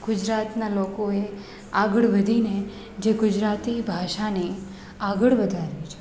ગુજરાતનાં લોકોએ આગળ વધીને જે ગુજરાતી ભાષાને આગળ વધારી છે